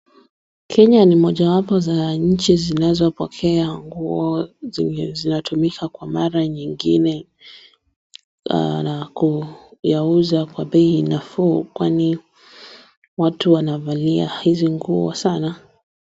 Kenya ni mojawapo za nchi zinazopokea nguo zenye zinatumika kwa mara nyingine na kuyauza kwa bei nafuu kwani watu wanavalia hizi nguo sana.